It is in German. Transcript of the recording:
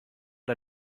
der